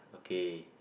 K